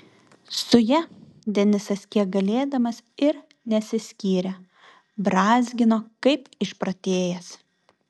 su ja denisas kiek galėdamas ir nesiskyrė brązgino kaip išprotėjęs